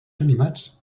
animats